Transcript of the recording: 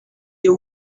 you